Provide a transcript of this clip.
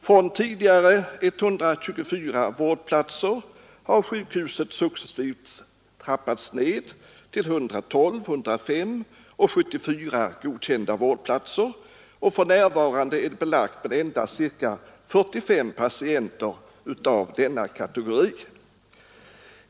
Från tidigare 124 vårdplatser har sjukhuset successivt trappats ned till 112, 105 och 74 godkända vårdplatser. För närvarande är det belagt med endast ca 45 patienter av denna kategori.